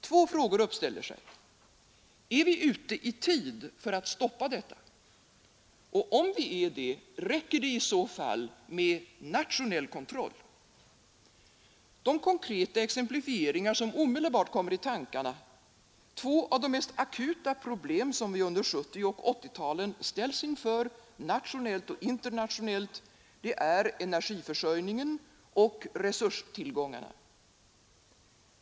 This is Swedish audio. Två frågor uppställer sig: Är vi ute i tid för att stoppa detta? Och om vi är det, räcker det i så fall med nationell kontroll? De konkreta exemplifieringar som omedelbart kommer i tankarna — två av de mest akuta problem som vi under 1970 och 1980-talen ställs inför, nationellt och internationellt — är energiförsörjningen och resurstillgångarna.